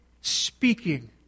speaking